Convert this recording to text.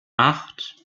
acht